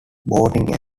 boating